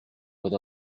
with